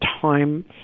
time